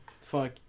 Fuck